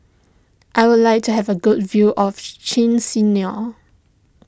I would like to have a good view of Chisinau